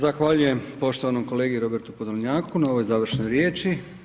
Zahvaljujem poštovanom kolegi Robertu Podolnjaku na ovoj završnoj riječi.